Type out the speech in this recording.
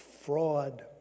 fraud